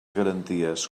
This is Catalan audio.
garanties